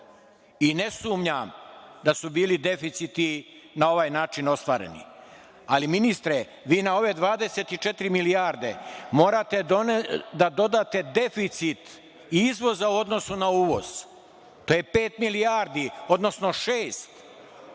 i ne sumnjam da su bili deficiti na ovaj način ostvareni. Ministre, vi na ove 24 milijarde, morate da dodate deficit izvoza u odnosu na uvoz. To je pet milijardi, odnosno šest.